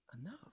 enough